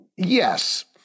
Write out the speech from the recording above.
Yes